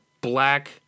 black